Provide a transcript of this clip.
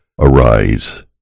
Arise